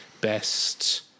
best